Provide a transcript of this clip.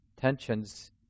tensions